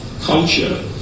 culture